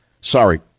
Sorry